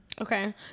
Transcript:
Okay